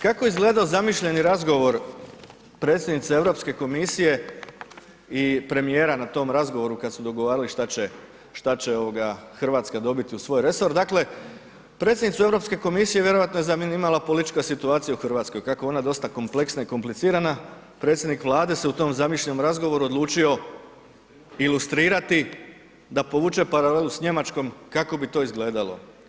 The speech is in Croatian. Kako je izgledao zamišljeni razgovor predsjednice Europske komisije i premijera na tom razgovoru kad su dogovarali šta će RH dobiti u svoj resor, dakle predsjednicu Europske komisije vjerojatno je zanimala politička situacija u RH, kako je ona dosta kompleksna i komplicirana, predsjednik Vlade se u tom zamišljenom razgovoru odlučio ilustrirati da povuče paralelu s Njemačkom kako bi to izgledalo.